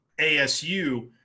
ASU